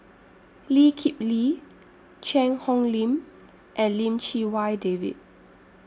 Lee Kip Lee Cheang Hong Lim and Lim Chee Wai David